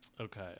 okay